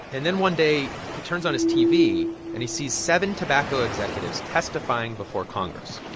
and then one day, he turns on his tv and he sees seven tobacco executives testifying before congress